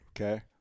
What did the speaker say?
okay